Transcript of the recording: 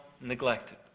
neglected